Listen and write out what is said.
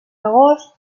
agost